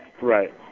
Right